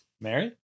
Mary